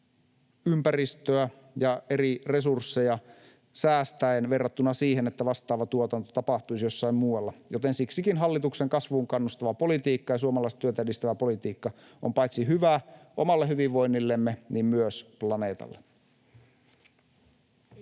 ympäristöä ja eri resursseja säästäen verrattuna siihen, että vastaava tuotanto tapahtuisi jossain muualla. Joten siksikin hallituksen kasvuun kannustava politiikka ja suomalaista työtä edistävä politiikka on hyvä paitsi omalle hyvinvoinnillemme niin myös planeetalle.